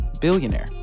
billionaire